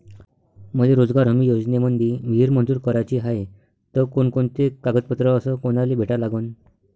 मले रोजगार हमी योजनेमंदी विहीर मंजूर कराची हाये त कोनकोनते कागदपत्र अस कोनाले भेटा लागन?